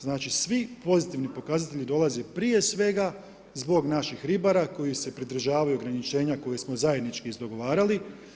Znači svi pozitivni pokazatelji dolaze prije svega zbog naših ribara, koji se pridržavaju ograničenja, koje smo zajednički izdogovarali.